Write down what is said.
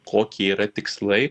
kokie yra tikslai